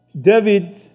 David